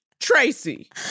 Tracy